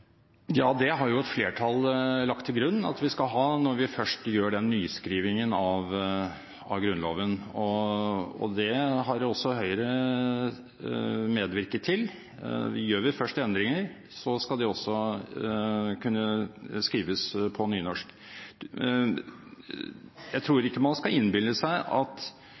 Ja, det har jo et flertall lagt til grunn at vi skal ha når vi først gjør den nyskrivingen av Grunnloven. Det har også Høyre medvirket til. Gjør vi først endringer, skal de også kunne skrives på nynorsk. Jeg tror ikke man skal innbille seg at